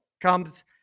comes